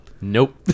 Nope